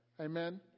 Amen